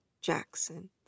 Jackson